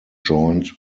joined